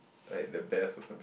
like the best or some